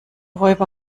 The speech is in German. räuber